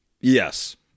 Yes